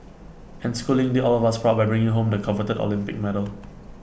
and schooling did all of us proud by bringing home the coveted Olympic medal